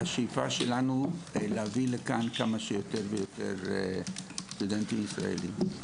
השאיפה שלנו היא להביא לכאן כמה שיותר סטודנטים ישראלים.